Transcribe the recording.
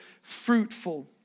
fruitful